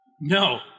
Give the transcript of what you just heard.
No